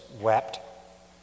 wept